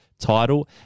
title